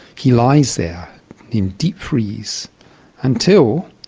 he lies there in deep freeze until,